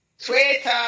Twitter